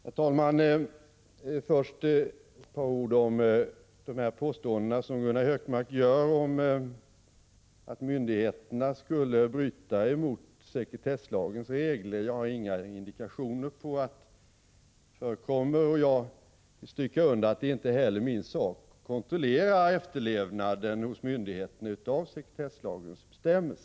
Herr talman! Först ett par ord om de påståenden som Gunnar Hökmark gör om att myndigheterna skulle bryta mot sekretesslagens regler. Jag har inga indikationer på att det förekommer. Jag vill stryka under att det inte heller är min sak att kontrollera efterlevnaden hos myndigheterna av sekretesslagens bestämmelser.